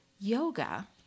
yoga